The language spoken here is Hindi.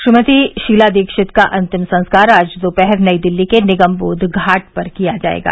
श्रीमती शीला दीक्षित का अंतिम संस्कार आज दोपहर नई दिल्ली के निगम बोघ घाट पर किया जायेगा